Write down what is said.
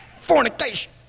Fornication